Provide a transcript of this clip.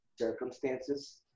Circumstances